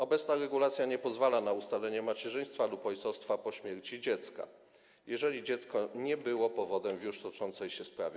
Obecna regulacja nie pozwala na ustalenie macierzyństwa lub ojcostwa po śmierci dziecka, jeżeli dziecko nie było powodem w już toczącej się sprawie.